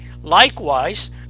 Likewise